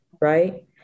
Right